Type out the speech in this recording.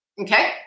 Okay